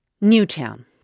Newtown